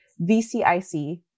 VCIC